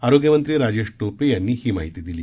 आरोग्यमंत्री राजेश टोपे यांनी ही माहिती दिली